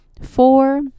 four